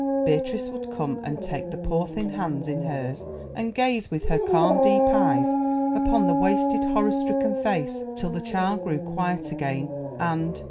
beatrice would come and take the poor thin hands in hers and gaze with her calm deep eyes upon the wasted horror-stricken face till the child grew quiet again and,